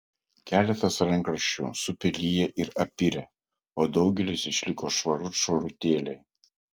keletas rankraščių supeliję ir apirę o daugelis išliko švarut švarutėliai